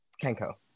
kenko